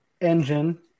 engine